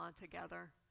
together